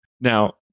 Now